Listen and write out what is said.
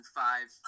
five